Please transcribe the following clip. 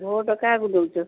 vote କାହାକୁ ଦେଉଛ